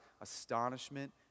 astonishment